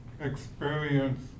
experience